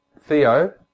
theo